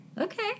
Okay